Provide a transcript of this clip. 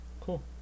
cool